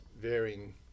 varying